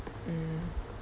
mm